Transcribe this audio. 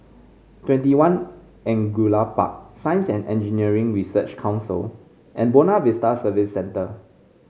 TwentyOne Angullia Park Science And Engineering Research Council and Buona Vista Service Centre